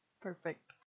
Perfect